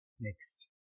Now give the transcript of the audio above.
next